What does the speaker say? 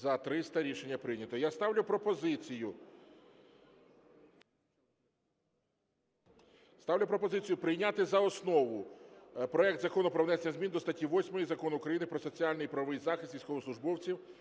За-300 Рішення прийнято. Я ставлю пропозицію... Ставлю пропозицію прийняти за основу проект Закону про внесення змін до статті 8 Закону України “Про соціальний і правовий захист військовослужбовців